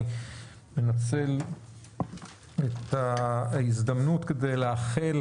אני מנצל את ההזדמנות כדי לאחל